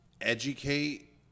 educate